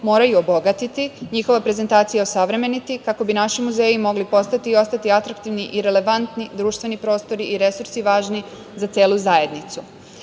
moraju obogatiti, njihova prezentacija osavremeniti, kako bi naši muzeji mogli postati i ostati atraktivni i relevantni društveni prostori i resursi važni za celu zajednicu. Nacionalni